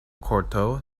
korto